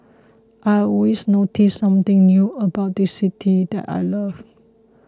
I always notice something new about this city that I love